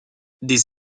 des